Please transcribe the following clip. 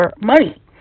money